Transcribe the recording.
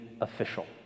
official